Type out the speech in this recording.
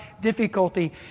difficulty